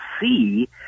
see